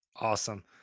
Awesome